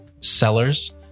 sellers